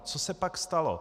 Co se pak stalo?